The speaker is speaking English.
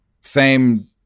same-